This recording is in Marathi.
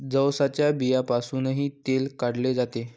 जवसाच्या बियांपासूनही तेल काढले जाते